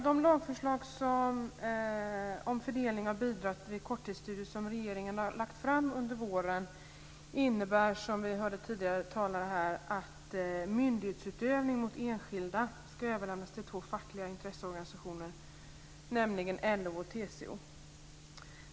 De lagförslag om fördelningen av bidrag vid korttidsstudier som regeringen har lagt fram under våren innebär, som vi hörde tidigare talare här säga, att myndighetsutövning mot enskilda ska överlämnas till två fackliga intresseorganisationer, nämligen LO och TCO.